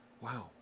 wow